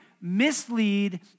mislead